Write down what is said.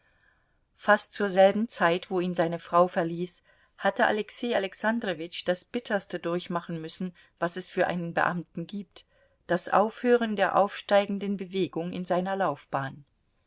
fast zur selben zeit wo ihn seine frau verließ hatte alexei alexandrowitsch das bitterste durchmachen müssen was es für einen beamten gibt das aufhören der aufsteigenden bewegung in seiner laufbahn